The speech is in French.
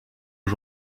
aux